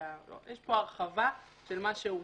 הרחבה של מה שהוצע.